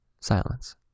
silence